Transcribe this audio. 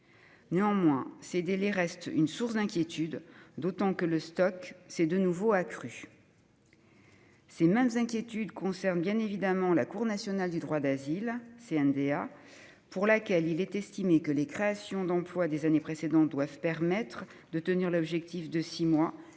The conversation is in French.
Néanmoins, ces délais restent une source d'inquiétude, d'autant que le stock s'est de nouveau accru. Les mêmes inquiétudes se portent sur la Cour nationale du droit d'asile ; le Gouvernement estime que les créations d'emplois des années précédentes doivent permettre de tenir l'objectif d'un délai